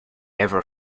ever